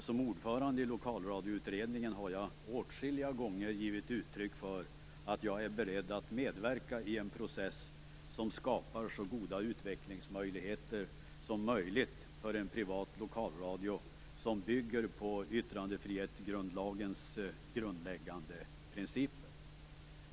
Som ordförande i Lokalradioutredningen har jag åtskilliga gånger givit uttryck för att jag är beredd att medverka i en process som skapar så goda utvecklingsmöjligheter som möjligt för en privat lokalradio som bygger på yttrandefrihetsgrundlagens fundamentala principer.